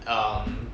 um